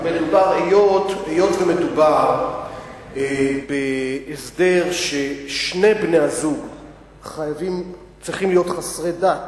היות שמדובר בהסדר שבו שני בני-הזוג צריכים להיות חסרי דת,